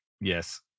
yes